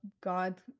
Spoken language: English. God